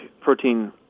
protein